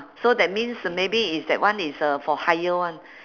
so that means maybe it's that one is uh for higher one